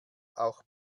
auch